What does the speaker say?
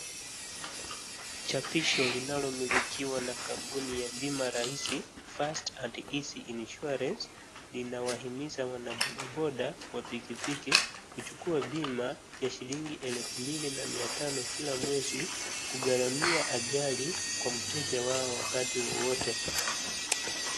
Chapisho linalomilikiwa na kampuni ya bima rahisi fast and easy insurance , linawahimiza wana bodaboda wa pikipiki kuchukua bima ya shilingi elfu mbili na mia tano kila mwezi, kugharamia ajari kwa mteja wao wakati wowote.